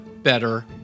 better